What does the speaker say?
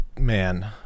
man